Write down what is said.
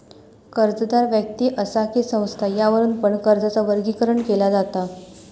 कर्जदार व्यक्ति असा कि संस्था यावरुन पण कर्जाचा वर्गीकरण केला जाता